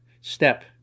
step